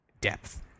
depth